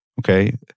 Okay